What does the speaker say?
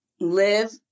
live